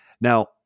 Now